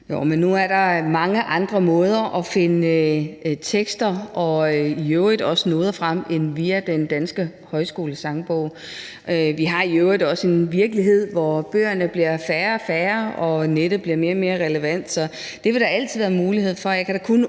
nu er der mange andre måder at finde tekster og i øvrigt også noder på end via den danske Højskolesangbog. Vi lever i øvrigt også i en virkelighed, hvor bøgerne bliver færre og færre og nettet bliver mere og mere relevant. Så det vil der altid være mulighed for,